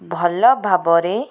ଭଲଭାବରେ